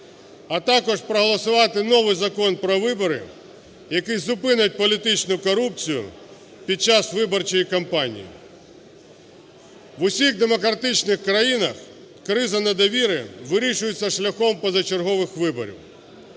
А також проголосувати новий Закон про вибори, який зупинить політичну корупцію під час виборчої кампанії. В усіх демократичних країнах криза недовіри вирішується шляхом позачергових виборів.